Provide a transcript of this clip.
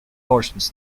portions